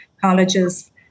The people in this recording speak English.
colleges